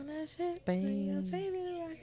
spain